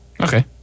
Okay